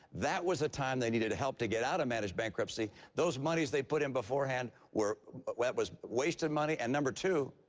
that was the time they needed the help to get out of managed bankruptcy. those monies they put in beforehand were were it was wasted money. and number two,